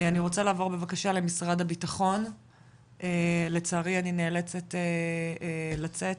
אני רוצה לעבור למשרד הבטחון ולצערי אני נאלצת לצאת.